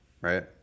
right